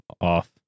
off